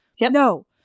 No